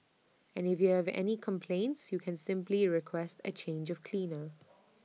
and if you have any complaints you can simply request A change of cleaner